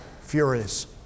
furious